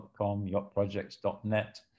yachtprojects.net